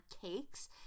cakes